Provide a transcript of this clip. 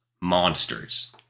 monsters